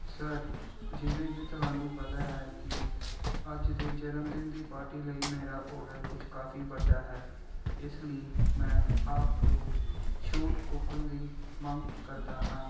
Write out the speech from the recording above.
sir ਜਿਵੇਂ ਕਿ ਤੁਹਾਨੂੰ ਪਤਾ ਹੈ ਕਿ ਅੱਜ ਦੇ ਜਨਮਦਿਨ ਦੀ ਪਾਰਟੀ ਲਈ ਮੇਰਾ ਔਡਰ ਕੁਛ ਕਾਫ਼ੀ ਵੱਡਾ ਹੈ ਇਸ ਲਈ ਮੈਂ ਆਪ ਤੋਂ ਛੂਟ ਕੁਪਨ ਦੀ ਮੰਗ ਕਰਦਾ ਹਾਂ